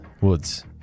Woods